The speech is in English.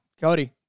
cody